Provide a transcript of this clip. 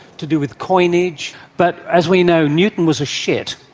to do with coinage. but as we know, newton was a shit.